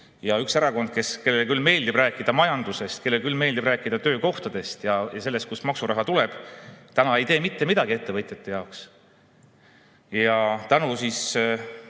ja üks erakond, kellele küll meeldib rääkida majandusest, kellele küll meeldib rääkida töökohtadest ja sellest, kust maksuraha tuleb, täna ei tee mitte midagi ettevõtjate jaoks. Ja tänu ühe